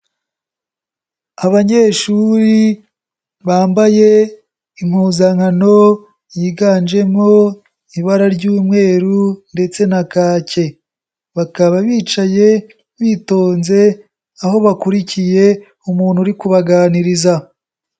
Abanyeshuri bambaye impuzankano yiganjemo ibara ry'umweru ndetse na kake bakaba bicaye bitonze aho bakurikiye umuntu uri kubaganiriza.